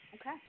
Okay